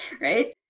Right